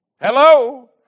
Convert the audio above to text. Hello